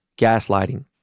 gaslighting